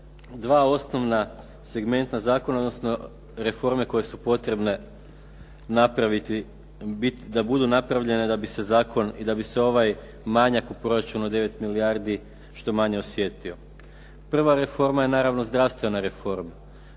dva osnovna segmenta zakona, odnosno reforme koje su potrebne da budu napravljene da bi se zakon i da bi se ovaj manjak u proračunu od 9 milijardi što manje osjetio. Prva reforma je naravno zdravstvena reforma.